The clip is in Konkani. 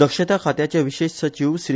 दक्षता खात्याचे विशेश सचिव श्री